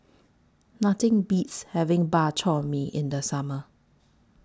Nothing Beats having Bak Chor Mee in The Summer